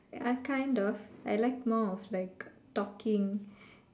ya kind of I like more of like talking